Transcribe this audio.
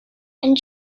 and